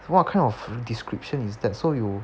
what kind of description is that so you